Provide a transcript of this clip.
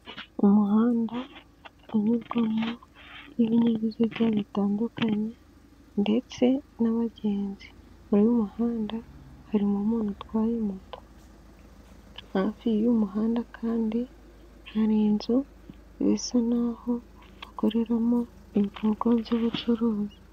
Umuhanda unyurwamo n'ibinyabiziga bitandukanye ndetse n'abagenzi, muri uyu muhanda harimo umuntu utwaye moto, hafi y'uyu muhanda kandi hari inzu zisa n'aho bakoreramo ibikorwa by'ubucuruzi.